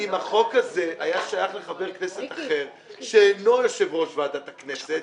אבל אם החוק הזה היה שייך לחבר כנסת אחר שאינו יושב-ראש ועדת הכנסת,